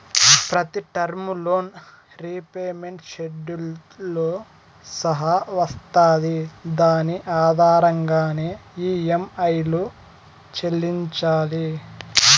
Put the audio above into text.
ప్రతి term loan repayment షెడ్యూల్తో సహా వస్తాది దాని ఆధారంగానే ఈ.యం.ఐలు చెల్లించాలి